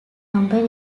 number